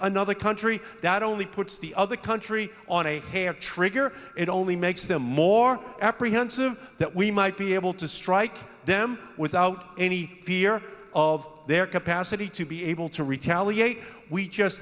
another country that only puts the other country on a hair trigger it only makes them more apprehensive that we might be able to strike them without any fear of their capacity to be able to retaliate we just